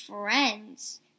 friends